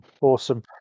Awesome